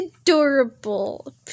adorable